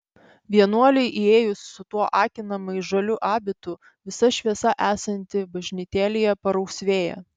vienuolei įėjus su tuo akinamai žaliu abitu visa šviesa esanti bažnytėlėje parausvėja